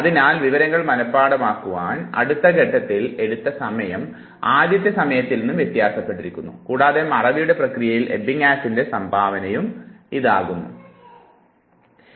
അതിനാൽ വിവരങ്ങൾ മനഃപാഠമാക്കുവാൻ അടുത്ത ഘട്ടത്തിൽ എടുത്ത സമയം ആദ്യത്തെ സമയത്തിൽ നിന്നും വ്യത്യസപ്പെട്ടിരിക്കുന്നു കൂടാതെ മറവിയുടെ പ്രക്രിയയിൽ എബിങ്ങസിൻറെ സംഭാവനയാകുന്നിത്